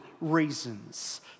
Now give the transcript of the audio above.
reasons